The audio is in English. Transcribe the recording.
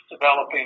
developing